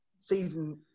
season